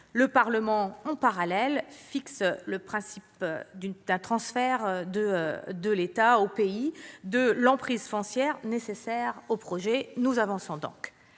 Le Parlement a en parallèle fixé le principe d'un transfert de l'État au pays de l'emprise foncière nécessaire au projet. C'est donc